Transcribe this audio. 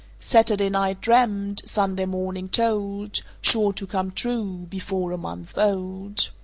saturday night dreamt, sunday morning told, sure to come true before a month old.